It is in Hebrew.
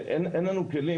אין לנו כלים,